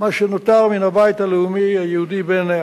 מה שנותר מן הבית הלאומי היהודי בעיניה,